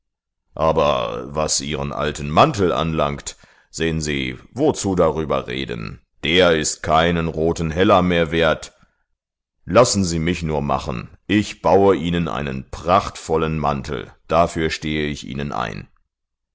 aber was ihren alten mantel anlangt sehen sie wozu darüber reden der ist keinen roten heller mehr wert lassen sie mich nur machen ich baue ihnen einen prachtvollen mantel dafür stehe ich ihnen ein